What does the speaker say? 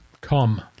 come